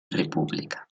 república